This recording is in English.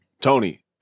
Tony